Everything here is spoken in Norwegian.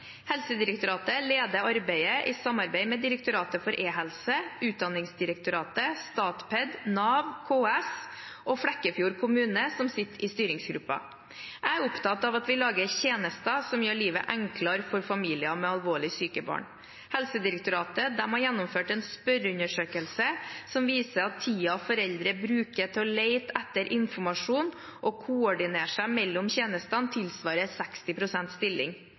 Helsedirektoratet leder arbeidet i samarbeid med Direktoratet for e-helse, Utdanningsdirektoratet, Statped, Nav, KS og Flekkefjord kommune, som sitter i styringsgruppen. Jeg er opptatt av at vi lager tjenester som gjør livet enklere for familier med alvorlig syke barn. Helsedirektoratet har gjennomført en spørreundersøkelse som viser at tiden foreldre bruker til å lete etter informasjon og koordinere mellom tjenestene tilsvarer en 60 pst. stilling.